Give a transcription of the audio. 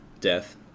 death